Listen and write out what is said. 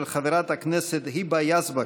של חברת הכנסת היבה יזבק.